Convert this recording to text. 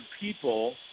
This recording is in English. people